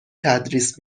تدریس